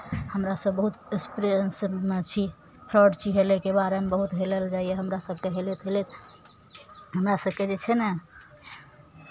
हमरा सभ बहुत एक्सपीरियंसमे छी छी हेलयके बारेमे बहुत हेलल जाइए हमरा सभके हेलैत हेलैत हमरा सभके जे छै ने